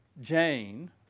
Jane